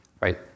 right